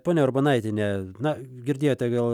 pone urbonaitiene na girdėjote vėl